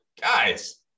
guys